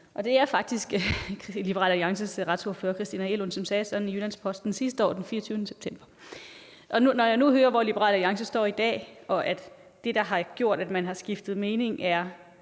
Det var faktisk Liberal Alliances retsordfører, Christina Egelund, som sagde sådan i Jyllands-Posten sidste år den 24. september. Når jeg nu hører, hvor Liberal Alliance står i dag, og at det, der har gjort, at de har skiftet mening, er